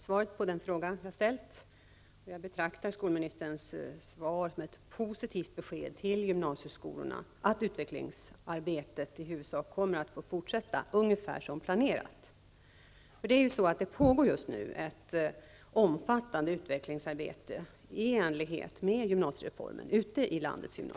Herr talman! Jag tackar för svaret på min fråga. Jag betraktar skolministerns svar som ett positivt besked till gymnasieskolorna om att utvecklingsarbetet i huvudsak kommer att få fortsätta ungefär som planerat. Det pågår just nu ett omfattande utvecklingsarbete i landets gymnasieskolor i enlighet med gymnasiereformen.